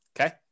Okay